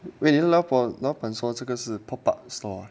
wait ah 老板说这个是 pop up store